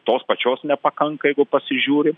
tos pačios nepakanka jeigu pasižiūri